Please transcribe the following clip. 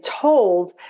told